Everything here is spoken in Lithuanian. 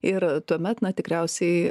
ir tuomet na tikriausiai